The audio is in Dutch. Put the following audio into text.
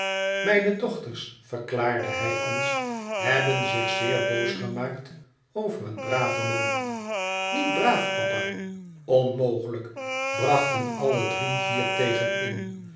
mijne dochters verklaarde hij ons hebben zich zeer boos gemaakt over een braven man niet braaf papa onmogelijk brachten alle drie hiertegen in